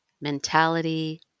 Mentality